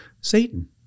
Satan